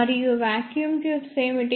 మరియు vacuum tubes ఏమిటి